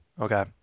Okay